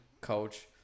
coach